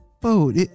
boat